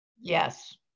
Yes